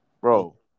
bro